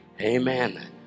Amen